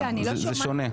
זה שונה.